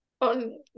on